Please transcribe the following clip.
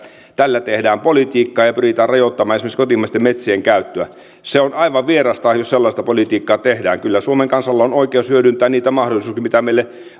tällä tehdään politiikkaa ja pyritään rajoittamaan esimerkiksi kotimaisten metsien käyttöä se on aivan vierasta jos sellaista politiikkaa tehdään kyllä suomen kansalla on oikeus hyödyntää niitä mahdollisuuksia mitä meille